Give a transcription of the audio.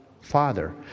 Father